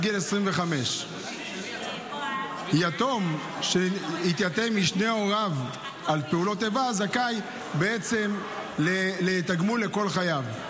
גיל 25. יתום שהתייתם משני הוריו בשל פעולות איבה זכאי לתגמול לכל חייו,